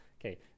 okay